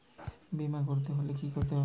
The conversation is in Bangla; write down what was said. বিমা করতে হলে কি করতে হবে?